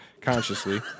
Consciously